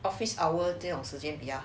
office hour 这种时间比较好